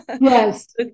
Yes